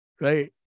right